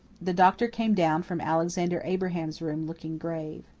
the doctor came down from alexander abraham's room looking grave.